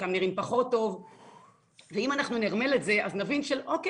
חלקם נראים פחות טוב ואם אנחנו ננרמל את זה אז נבין שלא נורא,